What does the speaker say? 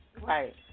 Right